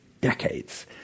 decades